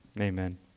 Amen